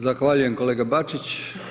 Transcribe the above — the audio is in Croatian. Zahvaljujem kolega Bačić.